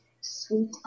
Sweet